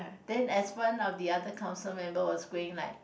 then as one of the other council member was going like